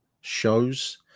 Shows